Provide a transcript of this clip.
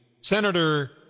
Senator